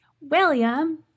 William